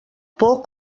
por